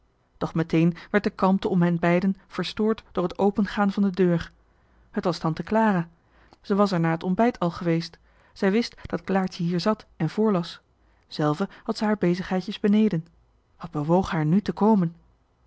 doch meteen werd de kalmte om hen beiden verstoord door het opengaan van de deur het was tante clara zij was er na het ontbijt al geweest zij wist dat claartje hier zat en voorlas zelve had zij haar bezigheidjes beneden wat bewoog haar nu te komen